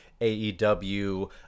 AEW